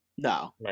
No